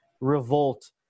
revolt